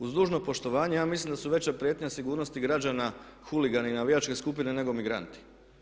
Uz dužno poštovanje ja mislim da su veća prijetnja sigurnosti građana huligani i navijačke skupine nego migranti.